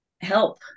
help